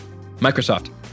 Microsoft